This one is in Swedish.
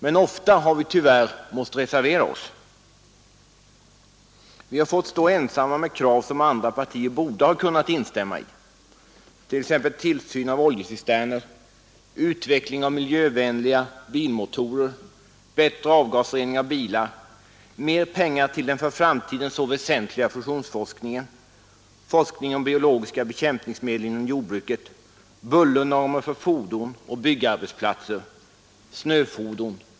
Men ofta har vi tyvärr måst reservera oss. Vi har fått stå ensamma med krav som andra partier borde ha kunnat instämma i. Detta gäller t.ex. tillsyn av oljecisterner, utveckling av miljövänliga bilmotorer, bättre avgasrening av bilar, mer pengar till den för framtiden så väsentliga fusionsforskningen, forskning om biologiska bekämpningsmedel inom jordbruket, bullernormer för fordon och byggnadsplatser, snöfordon.